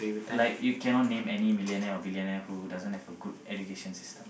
like you cannot name any millionaire or billionaire who doesn't have a good education system